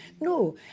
no